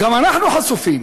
גם אנחנו חשופים.